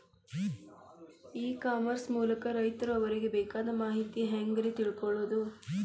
E commerce ಮೂಲಕ ರೈತರು ಅವರಿಗೆ ಬೇಕಾದ ಮಾಹಿತಿ ಹ್ಯಾಂಗ ರೇ ತಿಳ್ಕೊಳೋದು?